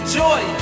joy